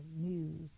news